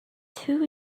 two